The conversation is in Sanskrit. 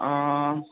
आम्